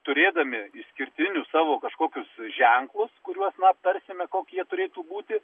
turėdami išskirtinius savo kažkokius ženklus kuriuos na aptarsime kokie turėtų būti